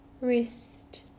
wrist